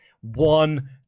one